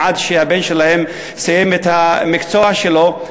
עד שהבן שלהם סיים את המקצוע שלו.